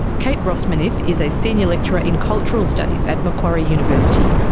kate rossmanith is a senior lecturer in cultural studies at macquarie university,